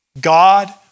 God